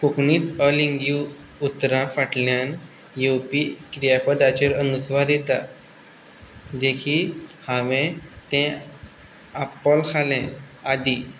कोंकणींत अलिंगी उतरां फाटल्यान येवपी क्रियापदाचेर अनुस्वार येता जशी हांवें तें आप्पोल खालें आदी